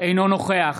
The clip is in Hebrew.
אינו נוכח